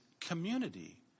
community